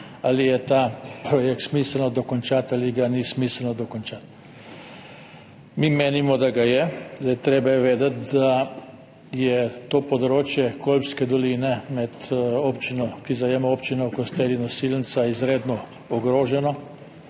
ali je ta projekt smiselno dokončati ali ga ni smiselno dokončati. Mi menimo, da ga je. Treba je vedeti, da je to področje Kolpske doline med občino, ki zajema občino Kostel in Osilnica, izredno ogroženo.